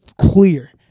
clear